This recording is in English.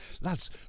Lads